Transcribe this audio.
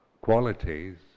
qualities